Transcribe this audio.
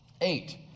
Eight